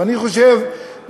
ואני חושב,